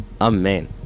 Amen